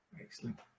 Excellent